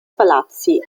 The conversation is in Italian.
palazzi